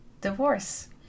divorce